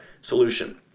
solution